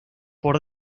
por